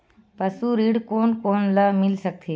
पशु ऋण कोन कोन ल मिल सकथे?